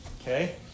Okay